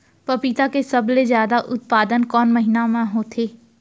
पपीता के सबले जादा उत्पादन कोन महीना में होथे?